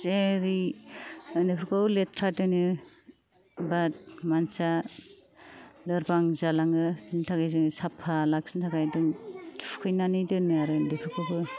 जेरै उन्दैफोरखौ लेथ्रा दोनो बाद मानसिया लोरबां जालाङो बिनि थाखाय जोङो साफा लाखिनो थाखाय जों थुखैनानै दोनो आरो उन्दैफोरखौबो